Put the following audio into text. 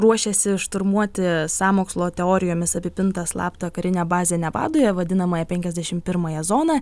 ruošiasi šturmuoti sąmokslo teorijomis apipintą slaptą karinę bazę nevadoje vadinamąją penkiasdešim pirmąją zoną